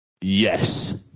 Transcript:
Yes